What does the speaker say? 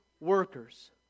workers